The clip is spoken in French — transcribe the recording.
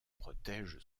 protège